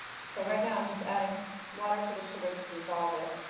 so right now i'm just adding water to the sugar to dissolve it.